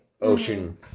Ocean